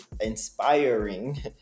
inspiring